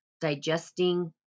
digesting